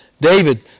David